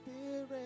Spirit